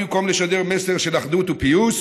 במקום לשדר מסר של אחדות ופיוס,